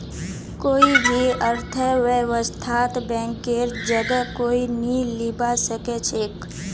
कोई भी अर्थव्यवस्थात बैंकेर जगह कोई नी लीबा सके छेक